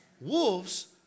Wolves